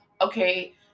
okay